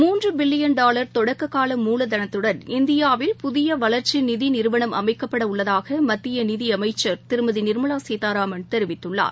மூன்றுபில்லியன் dollar தொடக்கக்கால மூலதனத்துடன் இந்தியாவில் புதியவளர்ச்சிநிதிநிறுவனம் அமைக்கப்படஉள்ளதாகமத்தியநிதியமைச்சர் திருமதிநிர்மலாசீதாராமன் தெரிவித்துள்ளார்